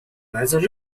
来自